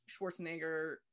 schwarzenegger